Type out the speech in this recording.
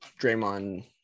Draymond –